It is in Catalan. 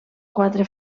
quatre